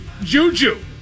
juju